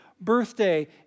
birthday